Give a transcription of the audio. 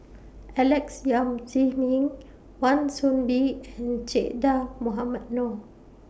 Alex Yam Ziming Wan Soon Bee and Che Dah Mohamed Noor